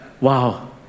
wow